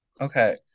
okay